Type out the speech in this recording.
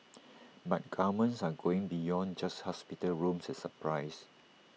but governments are going beyond just hospital rooms and supplies